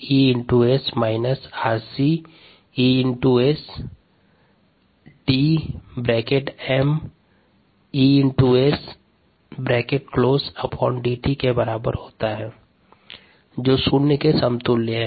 rgES rcES dmESdt के बराबर होता है जो शून्य के समतुल्य है